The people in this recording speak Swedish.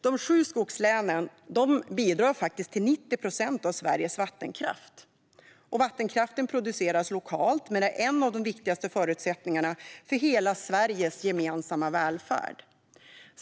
De sju skogslänen bidrar med 90 procent av Sveriges vattenkraft. Vattenkraften produceras lokalt men är en av de viktigaste förutsättningarna för hela Sveriges gemensamma välfärd.